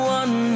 one